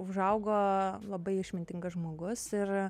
užaugo labai išmintingas žmogus ir